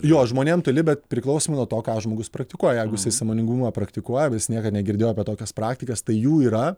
jo žmonėm toli bet priklausomai nuo to ką žmogus praktikuoja jeigu jisai sąmoningumą praktikuoja jeigu jis niekad negirdėjo apie tokias praktikas tai jų yra